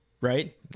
right